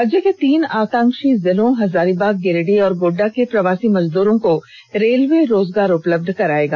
राज्य के तीन आकांक्षी जिलों हजारीबाग गिरिडीह और गोड़डा के प्रवासी मजदूरों को रेलवे रोजगार उपलब्ध करायेगा